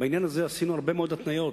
בעניין הזה הרבה מאוד התניות,